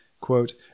quote